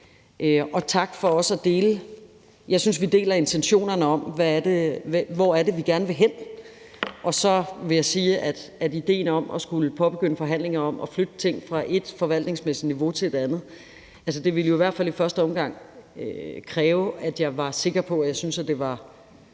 er afgørende vigtigt. Jeg synes, vi deler intentionerne om, hvor det er, vi gerne vil hen, og så vil jeg sige, at idéen om at skulle påbegynde forhandlinger om at flytte ting fra et forvaltningsmæssigt niveau til det andet i første omgang jo ville kræve, at jeg var sikker på, at jeg synes, at det var